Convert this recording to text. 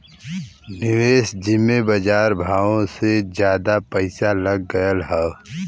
निवेस जिम्मे बजार भावो से जादा पइसा लग गएल हौ